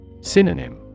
Synonym